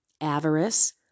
avarice